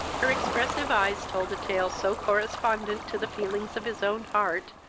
her expressive eyes told a tale so correspondent to the feelings of his own heart,